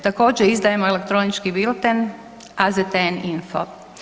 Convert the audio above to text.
Također izdajemo elektronički bilten AZTN info.